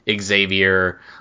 Xavier